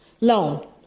loan